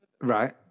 right